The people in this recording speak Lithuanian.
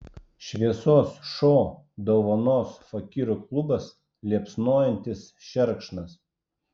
šviesos šou dovanos fakyrų klubas liepsnojantis šerkšnas